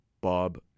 Bob